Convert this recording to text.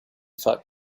thought